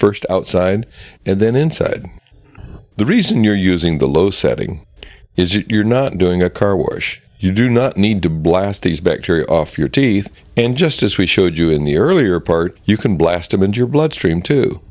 first outside and then inside the reason you're using the low setting is you're not doing a car wash you do not need to blast these bacteria off your teeth and just as we showed you in the earlier part you can blast them in your bloodstream too